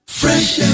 fresh